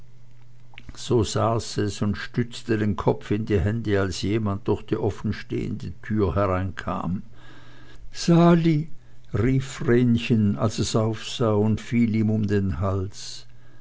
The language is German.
so saß es und stützte den kopf in die hände als jemand durch die offenstehende tür hereinkam sali rief vrenchen als es aufsah und fiel ihm um den hals